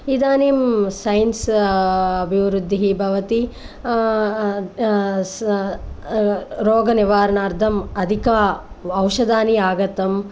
इदानीं सैन्स् अभिवृद्धिः भवति रोगनिवारणार्थम् अधिक औषधानि आगतम्